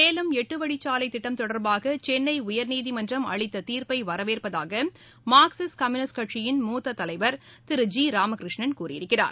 சேலம் எட்டுவழிச்சாலை திட்டம் தொடர்பாக சென்னை உயர்நீதிமன்றம் அளித்த தீர்ப்பை வரவேற்பதாக மார்க்சிஸ்ட் கம்யூனிஸ்ட் கட்சி மூத்த தலைவர் திரு ஜி ராமகிருஷ்ணன் கூறியிருக்கிறார்